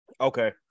Okay